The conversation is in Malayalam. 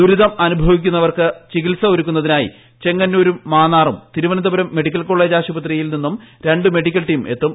ദുരിതം അനുഭവിക്കുന്നവർക്ക് ചികിത്സ ഒരുക്കുന്നതിനായി ചെങ്ങന്നൂരും മാന്നാറും തിരവനന്തപുരം മെഡിക്കൽ കോളേജ് ആശുപത്രിയിൽ നിന്നും രണ്ട് മെഡിക്കൽ ടീം എത്തും